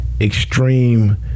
extreme